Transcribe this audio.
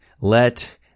let